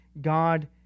God